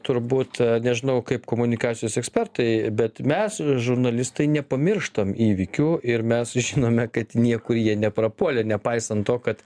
turbūt nežinau kaip komunikacijos ekspertai bet mes žurnalistai nepamirštam įvykių ir mes žinome kad niekur jie neprapuolė nepaisant to kad